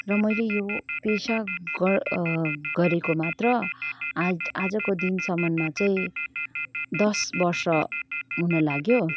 र मैले यो पेसा गर्न गरेको मात्र आज आजको दिनसम्म चाहिँ दस वर्ष हुन लाग्यो